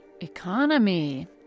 Economy